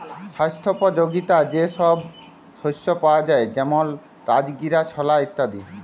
স্বাস্থ্যপ যগীতা যে সব শস্য পাওয়া যায় যেমল রাজগীরা, ছলা ইত্যাদি